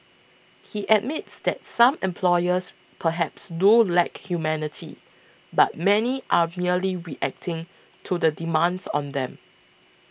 he admits that some employers perhaps do lack humanity but many are merely reacting to the demands on them